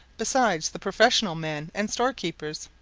besides the professional men and storekeepers.